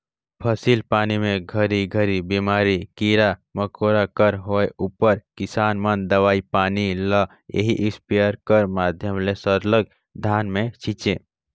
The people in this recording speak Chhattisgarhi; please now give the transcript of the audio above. फसिल पानी मे घरी घरी बेमारी, कीरा मकोरा कर होए उपर किसान मन दवई पानी ल एही इस्पेयर कर माध्यम ले सरलग धान मे छीचे